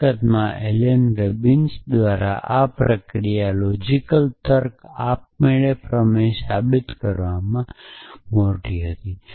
હકીકતમાં Alan Robinson દ્વારા આ પ્રક્રિયા લોજિકલ તર્ક આપમેળે પ્રમેય સાબિત કરવામાં મોટી હતી